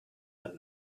then